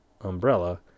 umbrella